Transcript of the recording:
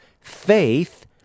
faith